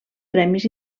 premis